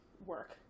work